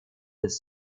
his